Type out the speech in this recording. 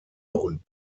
und